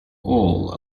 all